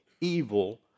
evil